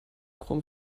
chrome